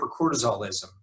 hypercortisolism